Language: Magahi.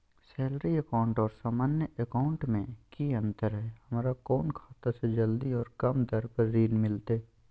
सैलरी अकाउंट और सामान्य अकाउंट मे की अंतर है हमरा कौन खाता से जल्दी और कम दर पर ऋण मिलतय?